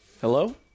Hello